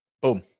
Boom